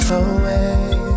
away